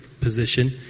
position